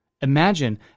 Imagine